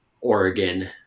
Oregon